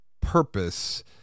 purpose